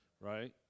right